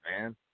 man